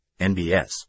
NBS